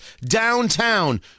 downtown